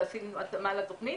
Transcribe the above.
ועשינו התאמה לתכנית.